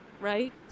right